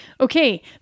okay